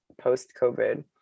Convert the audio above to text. post-covid